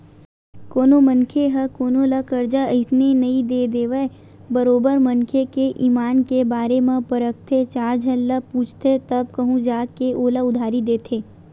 कोनो मनखे ह कोनो ल करजा अइसने नइ दे देवय बरोबर मनखे के ईमान के बारे म परखथे चार झन ल पूछथे तब कहूँ जा के ओला उधारी देथे